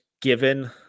given